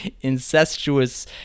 incestuous